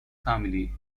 family